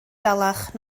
dalach